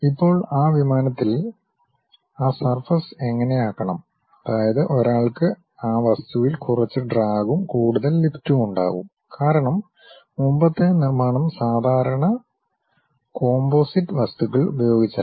ഇപ്പോൾ ആ വിമാനത്തിൽ ആ സർഫസ് എങ്ങനെ ആക്കണം അതായത് ഒരാൾക്ക് ആ വസ്തുവിൽ കുറച്ച് ഡ്രാഗും കൂടുതൽ ലിഫ്റ്റും ഉണ്ടാകും കാരണം മുമ്പത്തെ നിർമ്മാണം സാധാരണ കോമ്പോസിറ്റ് വസ്തുക്കൾ ഉപയോഗിച്ചല്ല